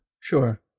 Sure